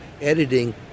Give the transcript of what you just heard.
editing